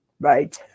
Right